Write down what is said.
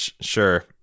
sure